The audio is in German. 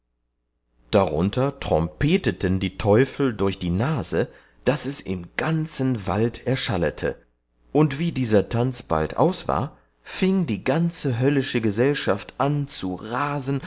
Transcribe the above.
darunter trompeteten die teufel durch die nase daß es im ganzen wald erschallete und wie dieser tanz bald aus war fieng die ganze höllische gesellschaft an zu rasen